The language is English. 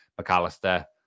McAllister